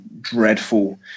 dreadful